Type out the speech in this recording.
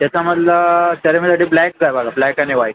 त्याच्यामधला सेरीमनीसाठी ब्लॅकचा आहे बघा ब्लॅक आणि व्हाईट